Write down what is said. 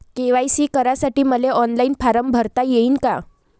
KYC करासाठी मले online form भरता येईन का?